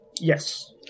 Yes